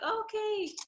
okay